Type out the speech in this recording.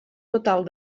total